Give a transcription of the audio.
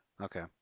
Okay